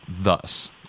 thus